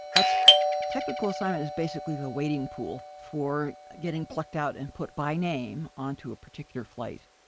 that's technical assignment is basically the wading pool for getting plucked out and put, by name, onto a particular flight.